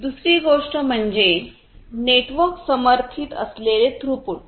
दुसरी गोष्ट म्हणजे नेटवर्क समर्थित असलेले थ्रुपुट